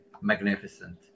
magnificent